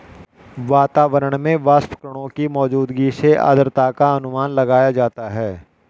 वातावरण में वाष्पकणों की मौजूदगी से आद्रता का अनुमान लगाया जाता है